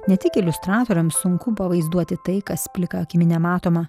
ne tik iliustratoriams sunku pavaizduoti tai kas plika akimi nematoma